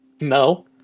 no